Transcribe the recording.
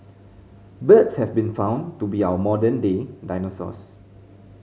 birds have been found to be our modern day dinosaurs